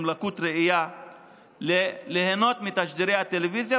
לקות ראייה ליהנות מתשדירי הטלוויזיה,